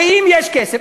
הרי אם יש כסף,